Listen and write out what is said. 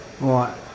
right